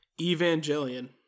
Evangelion